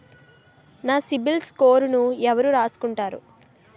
నా సిబిల్ స్కోరును ఎవరు రాసుకుంటారు